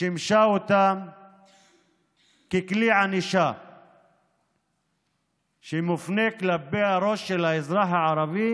שימשה אותם ככלי ענישה שמופנה כלפי הראש של האזרח הערבי